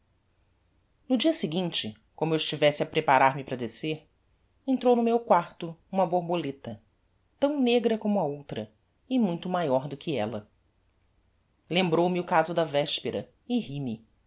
no dia seguinte como eu estivesse a preparar-me para descer entrou no meu quarto uma borboleta tão negra como a outra e muito maior do que ella lembrou-me o caso da vespera e ri-me